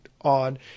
on